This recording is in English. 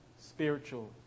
Spiritual